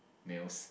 males